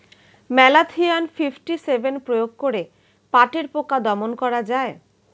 Malathion fifty seven প্রয়োগ করে পাটের পোকা দমন করা যায়?